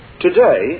Today